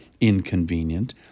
inconvenient